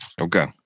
Okay